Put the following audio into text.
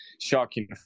shocking